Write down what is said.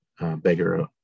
Beggar